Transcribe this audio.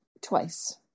twice